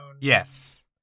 Yes